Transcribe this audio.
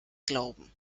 glauben